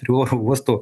prie oro uosto